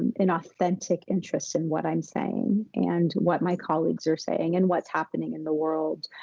an authentic interest in what i'm saying, and what my colleagues are saying, and what's happening in the world.